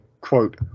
quote